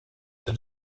that